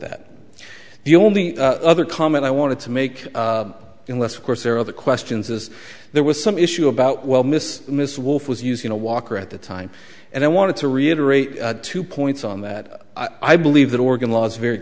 that the only other comment i wanted to make unless of course there are other questions as there was some issue about well miss miss wolfe was using a walker at the time and i want to reiterate two points on that i believe that oregon laws